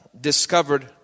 discovered